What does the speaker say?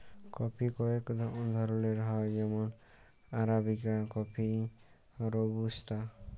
coffee কয়েক ধরলের হ্যয় যেমল আরাবিকা কফি, রবুস্তা